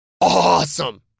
Awesome